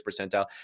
percentile